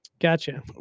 Gotcha